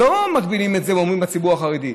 לא מגבילים את זה ואומרים: לציבור החרדי,